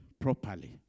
properly